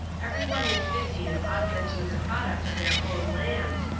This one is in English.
every one was busy in augmenting the product of their own lands,